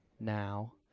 now